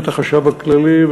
ואת החשב הכללי,